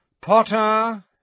Potter